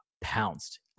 pounced